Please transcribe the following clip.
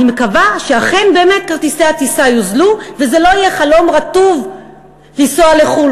אני מקווה שאכן כרטיסי הטיסה יוזלו וזה לא יהיה חלום רטוב לנסוע לחו"ל,